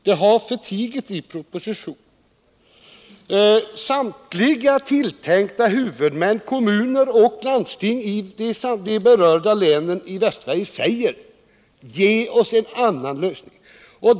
Det har förtigits i propositionen. Samtliga tilltänkta huvudmän, kommuner och landsting, i de berörda länen i Västsverige säger: Ge oss en annan lösning!